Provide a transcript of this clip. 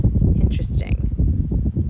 Interesting